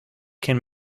can